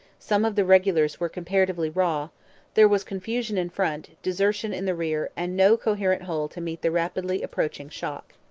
some of the regulars were comparatively raw there was confusion in front, desertion in the rear, and no coherent whole to meet the rapidly approaching shock.